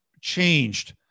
changed